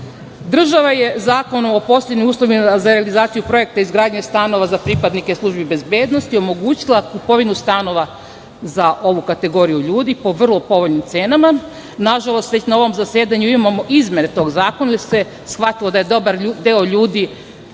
je Zakonom o posebnim uslovima za realizaciju projekta i izgradnje stanova za pripadnike službi bezbednosti omogućila kupovinu stanova za ovu kategoriju ljudi, po vrlo povoljnim cenama. Nažalost, već na ovom zasedanju imamo izmene tog zakona, jer se shvatilo da je dobar deo ljudi,